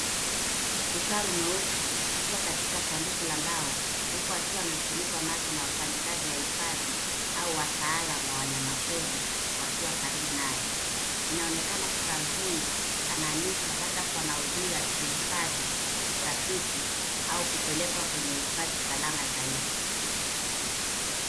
Kifaru mweusi akiwa katika sanduku la mbao huku akiwa amefunikwa macho na wafanyakazi wa hifadhi au wataalamu wa wanyama pori wakiwa karibu naye. Inaonekana kifaru huyu anahamishwa labda kwa maudhui ya kuhifadhi, utafiti au kupelekwa kwenye hifadhi salama zaidi.